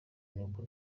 n’uko